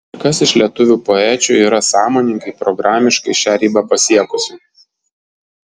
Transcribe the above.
ir kas iš lietuvių poečių yra sąmoningai programiškai šią ribą pasiekusi